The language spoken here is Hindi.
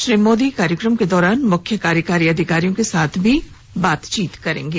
श्री मोदी कार्यक्रम के दौरान मुख्य कार्यकारी अधिकारियों के साथ भी बातचीत करेंगे